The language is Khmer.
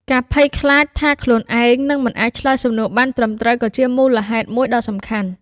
ការភ័យខ្លាចថាខ្លួនឯងនឹងមិនអាចឆ្លើយសំណួរបានត្រឹមត្រូវក៏ជាមូលហេតុមួយដ៏សំខាន់។